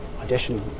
audition